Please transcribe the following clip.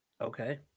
Okay